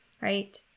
right